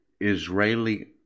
Israeli